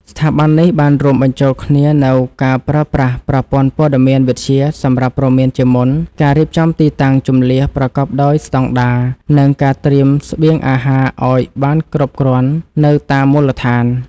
ស្ថាប័ននេះបានរួមបញ្ចូលគ្នានូវការប្រើប្រាស់ប្រព័ន្ធព័ត៌មានវិទ្យាសម្រាប់ព្រមានជាមុន ការរៀបចំទីតាំងជម្លៀសប្រកបដោយស្តង់ដារ និងការត្រៀមស្បៀងអាហារឱ្យបានគ្រប់គ្រាន់នៅតាមមូលដ្ឋាន។